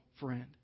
friend